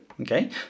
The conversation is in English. Okay